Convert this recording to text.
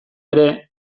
ere